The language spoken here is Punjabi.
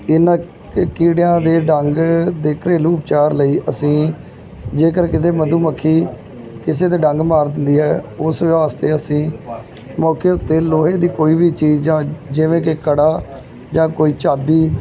ਇਨ੍ਹਾਂ ਕੀੜਿਆਂ ਦੇ ਡੰਗ ਦੇ ਘਰੇਲੂ ਉਪਚਾਰ ਲਈ ਅਸੀਂ ਜੇਕਰ ਕਿਤੇ ਮਧੂਮੱਖੀ ਕਿਸੇ ਦੇ ਡੰਗ ਮਾਰ ਦਿੰਦੀ ਹੈ ਉਸ ਵਾਸਤੇ ਅਸੀਂ ਮੌਕੇ ਉੱਤੇ ਲੋਹੇ ਦੀ ਕੋਈ ਵੀ ਚੀਜ਼ ਜਾਂ ਜਿਵੇਂ ਕਿ ਕੜਾ ਜਾਂ ਕੋਈ ਚਾਬੀ